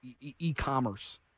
e-commerce